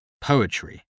Poetry